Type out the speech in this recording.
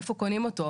איפה קונים אותו?